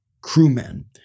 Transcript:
crewmen